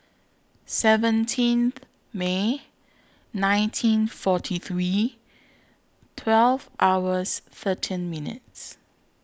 seventeenth May nineteen forty three twelve hours thirteen minutes